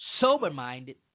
sober-minded